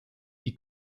die